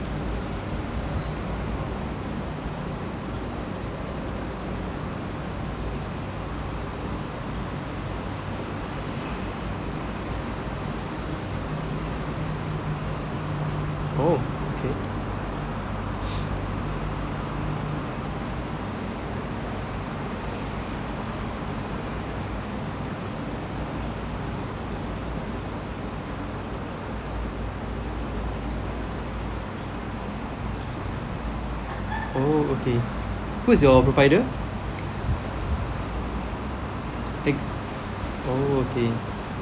oh okay oh okay who's your provider oh okay